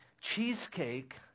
cheesecake